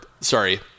sorry